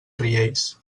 riells